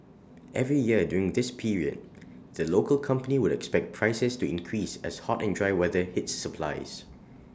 every year during this period the local company would expect prices to increase as hot and dry weather hits supplies